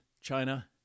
China